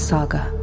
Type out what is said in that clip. Saga